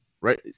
right